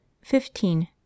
Fifteen